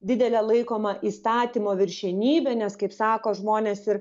didele laikoma įstatymo viršenybe nes kaip sako žmonės ir